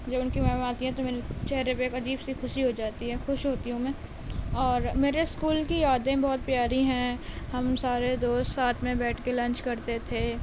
جب ان کی میم آتی ہیں تو میرے چہرے پر ایک عجیب سی خوشی ہو جاتی ہے خوش ہوتی ہوں میں اور میرے اسکول کی یادیں بہت پیاری ہیں ہم سارے دوست ساتھ میں بیٹھ کے لنچ کرتے تھے